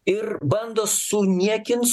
ir bando suniekint